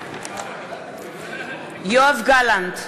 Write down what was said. בעד יואב גלנט,